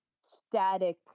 static